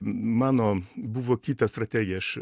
mano buvo kita strategija aš